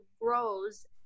grows